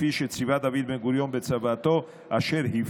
כפי שציווה דוד בן-גוריון בצוואתו,